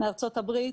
ארצות הברית,